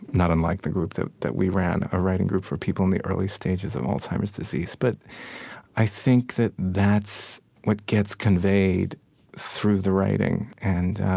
not unlike the group that we ran, a writing group for people in the early stages of alzheimer's disease. but i think that that's what gets conveyed through the writing. and